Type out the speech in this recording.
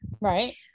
right